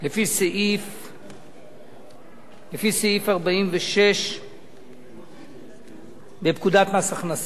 לפי סעיף 46 בפקודת מס הכנסה.